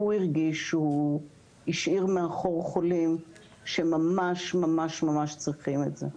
הרגיש שהוא השאיר מאחור חולים שממש ממש צריכים את זה,